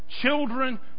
children